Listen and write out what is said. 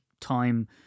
time